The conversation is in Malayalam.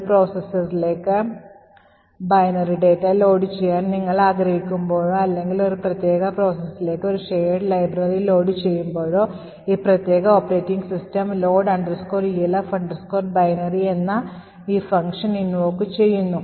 ഒരു processലേക്ക് ബൈനറി ഡാറ്റ ലോഡുചെയ്യാൻ നിങ്ങൾ ആഗ്രഹിക്കുമ്പോഴോ അല്ലെങ്കിൽ ഒരു പ്രത്യേക പ്രോസസ്സിലേക്ക് ഒരു shared ലൈബ്രറി ലോഡുചെയ്യുമ്പോഴോ ഈ പ്രത്യേക operating system load elf binary എന്ന ഈ ഫംഗ്ഷൻ invoke ചെയ്യുന്നു